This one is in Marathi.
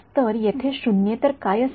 तर येथे शून्येतर काय असेल